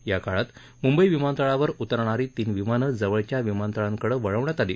या काळात म्ंबई विमानतळावर उतरणारी तीन विमानं जवळच्या विमानतळांकडे वळवण्यात आली